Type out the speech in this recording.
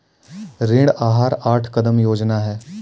ऋण आहार आठ कदम योजना है